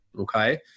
okay